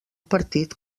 partit